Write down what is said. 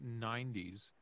90s